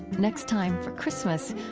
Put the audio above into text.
next time, for christmas,